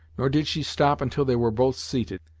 nor did she stop until they were both seated,